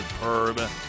superb